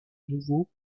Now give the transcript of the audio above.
nouveau